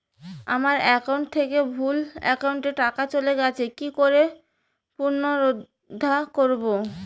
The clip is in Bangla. আমার একাউন্ট থেকে ভুল একাউন্টে টাকা চলে গেছে কি করে পুনরুদ্ধার করবো?